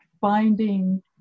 finding